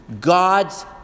God's